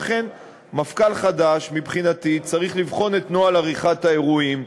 לכן מפכ"ל חדש מבחינתי צריך לבחון את נוהל עריכת האירועים,